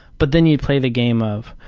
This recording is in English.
but then you play the game of,